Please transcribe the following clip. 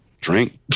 drink